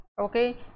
okay